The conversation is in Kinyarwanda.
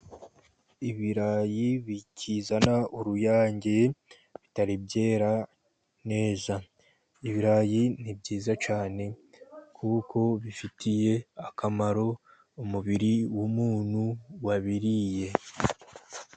Ibirayi bikizana uruyange bitari byera neza. Ibirayi ni byiza cyane kuko bifitiye akamaro umubiri w'umuntu wabiriye.